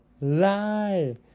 lie